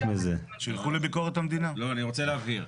אני רוצה להבהיר.